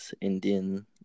Indian